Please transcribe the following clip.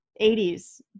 80s